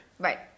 Right